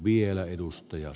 arvoisa puhemies